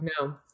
no